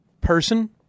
person